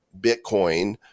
bitcoin